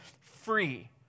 free